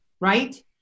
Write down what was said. right